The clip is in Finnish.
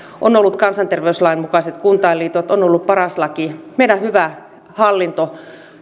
on ollut kansanterveyslain mukaiset kuntainliitot on ollut paras laki meidän hyvä hallinto